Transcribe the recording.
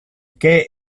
que